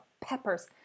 peppers